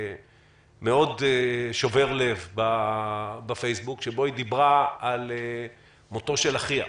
מאוד שובר לב בפייסבוק שבו היא דיברה על מותו של אחיה,